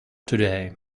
today